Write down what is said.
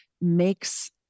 makes